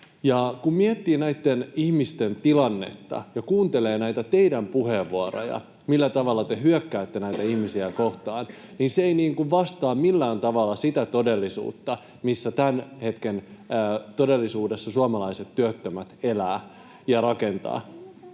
kun miettii näitten ihmisten tilannetta ja kuuntelee näitä teidän puheenvuoroja, millä tavalla te hyökkäätte näitä ihmisiä kohtaan, niin se ei vastaa millään tavalla sitä, missä todellisuudessa tämän hetken suomalaiset työttömät elävät [Pia